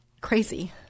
crazy